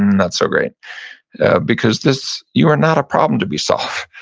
not so great because this, you are not a problem to be solved.